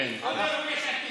בוא נראה מי מיש עתיד.